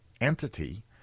entity